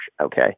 okay